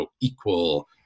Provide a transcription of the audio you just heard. equal